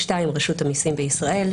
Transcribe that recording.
(2)רשות המסים בישראל,